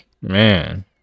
Man